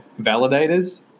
validators